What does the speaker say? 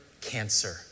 cancer